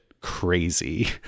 crazy